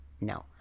No